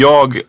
Jag